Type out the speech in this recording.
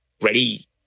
ready